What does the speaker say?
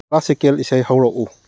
classical ꯏꯁꯩ ꯍꯧꯔꯛꯎ